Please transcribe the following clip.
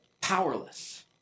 powerless